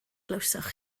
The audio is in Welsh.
glywsoch